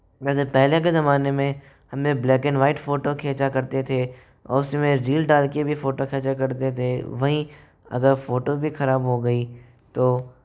वैसे पहले के ज़माने में हमें ब्लैक एंड व्हाइट फोटो खेंचा करते थे उसमें रील डाल के भी फोटो खेंचा करते थे वहीं अगर फोटो भी खराब हो गई तो